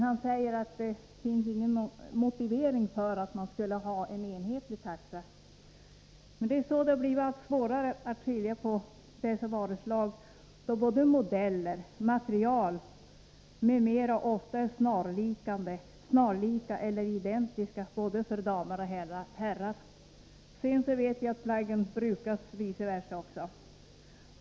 Han säger att det inte finns någon motivering för att man skulle ha enhetlig taxa. Det har blivit allt svårare att skilja på dessa varuslag, då modeller, material m.m. ofta är snarlika eller identiska både för damer och för herrar. Jag vet också att alla plaggen brukas av både män och kvinnor.